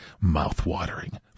Mouth-watering